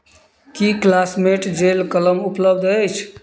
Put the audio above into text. की classmate gel कलम उपलब्ध अछि